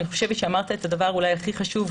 אני חושבת שאמרת את הדבר אולי הכי חשוב,